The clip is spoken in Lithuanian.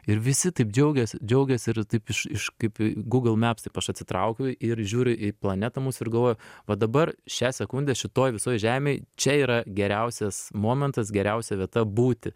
ir visi taip džiaugiasi džiaugiasi ir taip iš iš kaip google maps taip aš atsitraukiau ir žiūriu į planetą mūsų ir galvoju va dabar šią sekundę šitoj visoj žemėj čia yra geriausias momentas geriausia vieta būti